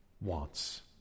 wants